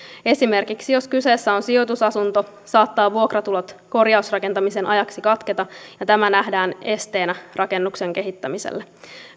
esimerkiksi jos kyseessä on sijoitusasunto saattavat vuokratulot korjausrakentamisen ajaksi katketa ja tämä nähdään esteenä rakennuksen kehittämiselle